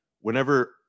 Whenever